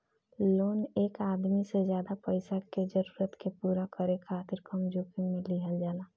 loan एक आदमी के ज्यादा पईसा के जरूरत के पूरा करे खातिर कम जोखिम में लिहल जाला